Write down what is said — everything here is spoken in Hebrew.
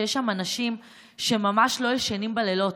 שיש שם אנשים שממש לא ישנים בלילות,